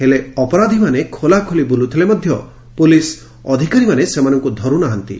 ହେଲେ ଅପରାଧୀମାନେ ଖୋଲାଖୋଲି ବୁଲ୍ଥିଲେ ମଧ୍ଧ ପୋଲିସ ଅଧିକାରୀମାନେ ସେମାନଙ୍କୁ ଧରୁ ନାହାନ୍ତି